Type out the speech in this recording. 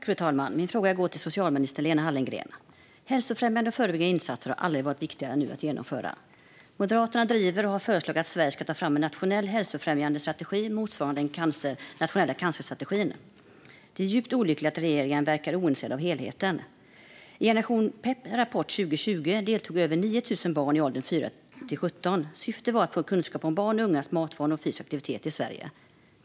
Fru talman! Min fråga går till socialminister Lena Hallengren. Hälsofrämjande och förebyggande insatser har aldrig varit viktigare än nu att genomföra. Moderaterna driver och har föreslagit att Sverige ska ta fram en nationell hälsofrämjande strategi motsvarande de nationella cancerstrategierna. Det är djupt olyckligt att regeringen verkar ointresserad av helheten. I Generation Peps rapport 2020 deltog över 9 000 barn i åldern 4-17 år. Syftet var att få kunskap om barns och ungas matvanor och fysiska aktivitet i Sverige.